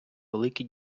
великі